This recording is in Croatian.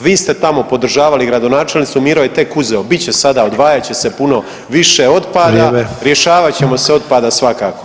vi ste tamo podržavali gradonačelnicu, Miro je tek uzeo, bit će sada, odvajat će se puno više otpada [[Upadica: Vrijeme]] rješavat ćemo se otpada svakako.